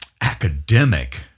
academic